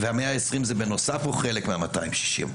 וה-120 זה בנוסף, או חלק מה-260?